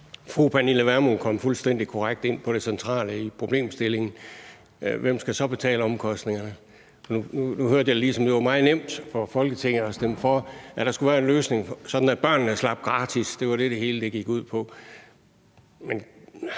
Fru Pernille Vermund kom fuldstændig korrekt ind på det centrale i problemstillingen: Hvem skal så betale omkostningerne? Nu hørte jeg lige, at det var meget nemt for Folketinget at stemme for, at der skulle være en løsning, sådan at børnene slap gratis. Det var det, det hele gik ud på,